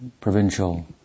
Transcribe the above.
provincial